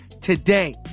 today